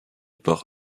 par